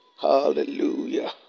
Hallelujah